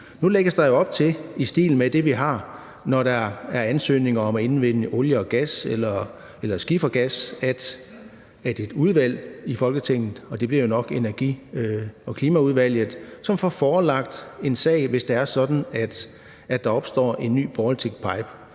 Nu lægges der jo op til i stil med det, vi har, når der er ansøgninger om at indvinde olie, gas eller skifergas, at et udvalg i Folketinget – og det bliver jo nok Klima-, Energi- og Forsyningsudvalget – får forelagt en sag, hvis det er sådan, at der opstår en ny Baltic Pipe.